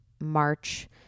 March